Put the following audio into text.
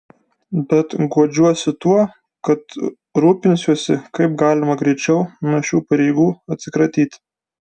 bet guodžiuosi tuo kad rūpinsiuosi kaip galima greičiau nuo šių pareigų atsikratyti